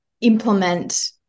implement